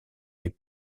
les